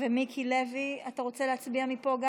מיקי לוי, אתה רוצה להצביע מפה?